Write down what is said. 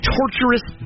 torturous